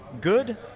good